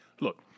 Look